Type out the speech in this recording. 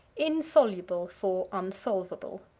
insoluble for unsolvable.